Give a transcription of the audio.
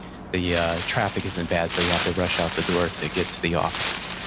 the yeah traffic isn't bad so you have to rush out the door to get to the office.